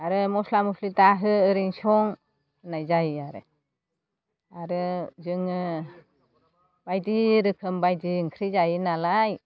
आरो मस्ला मस्लि दाहो ओरैनो सं होननाय जायो आरो आरो जोङो बायदि रोखोम बायदि ओंख्रि जायो नालाय